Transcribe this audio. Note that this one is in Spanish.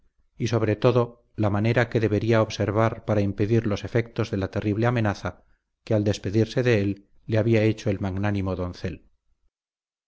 y sobre todo la manera que debería observar para impedir los efectos de la terrible amenaza que al despedirse de él le había hecho el magnánimo doncel